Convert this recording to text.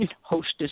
Hostess